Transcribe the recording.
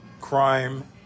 crime